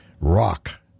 rock